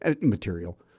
Material